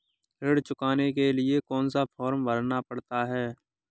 ऋण चुकाने के लिए कौन सा फॉर्म भरना पड़ता है?